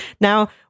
now